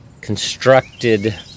constructed